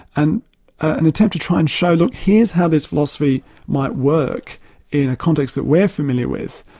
and an attempt to try and show, look, here's how this philosophy might work in a context that we're familiar with,